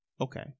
Okay